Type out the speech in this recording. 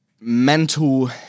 mental